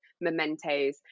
mementos